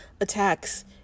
attacks